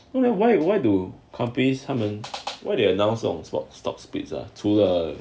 you know why why do companies 他们 what do you announced on stock stock splits ah 除了